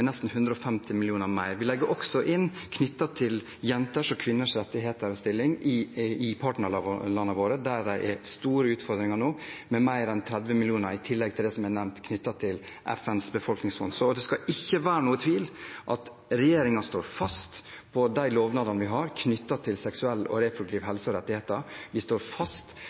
nesten 140 mill. kr mer. Vi legger også inn mer enn 30 mill. kr knyttet til jenters og kvinners rettigheter og stilling i partnerlandene våre, der det er store utfordringer nå, i tillegg til det som er nevnt knyttet til FNs befolkningsfond. Det skal ikke være noen tvil om at regjeringen står fast på de lovnadene vi har knyttet til seksuell og reproduktiv helse og rettigheter. Vi står fast